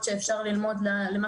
לפה לדיון,